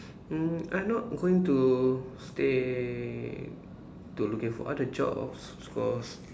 mm I'm not going to stay to looking for other jobs cause